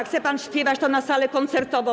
Chce pan śpiewać, to na salę koncertową.